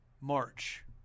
March